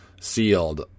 Sealed